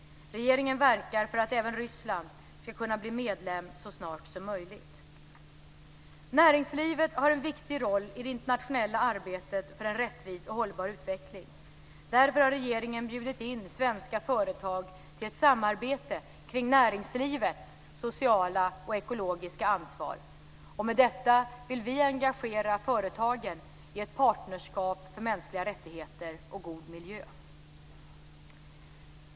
Regeringen verkar för att även Ryssland ska kunna bli medlem så snart som möjligt. Näringslivet har en viktig roll i det internationella arbetet för en rättvis och hållbar utveckling. Därför har regeringen bjudit in svenska företag till ett samarbete kring näringslivets sociala och ekologiska ansvar. Med detta vill vi engagera företagen i ett partnerskap för mänskliga rättigheter och god miljö.